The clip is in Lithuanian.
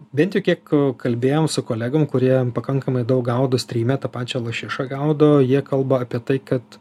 bent jau kiek kalbėjom su kolegom kurie pakankamai daug gaudo stryme tą pačią lašišą gaudo jie kalba apie tai kad